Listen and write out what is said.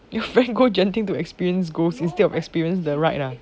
your friend go genting experience the ghost instead of the rides ah